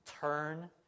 turn